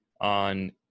on